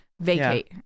vacate